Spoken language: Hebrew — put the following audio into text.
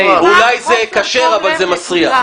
אולי זה כשר, אבל זה מסריח.